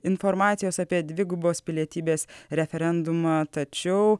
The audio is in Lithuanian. informacijos apie dvigubos pilietybės referendumą tačiau